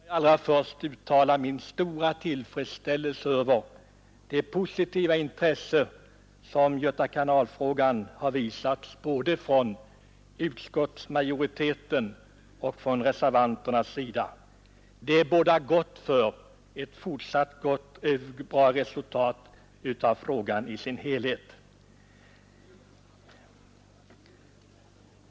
Herr talman! Låt mig allra först uttala min stora tillfredsställelse över det positiva intresse som frågan om Göta kanal har visats både från utskottsmajoritetens och från réservanternas sida. Det bådar gott för en lösning av frågan i dess helhet.